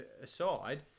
aside